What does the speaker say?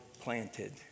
planted